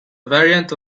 variant